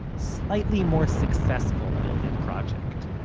slightly more successful building project,